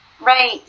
Right